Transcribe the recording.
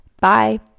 Bye